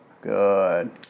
Good